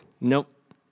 Nope